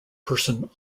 person